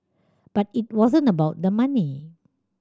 but it wasn't about the money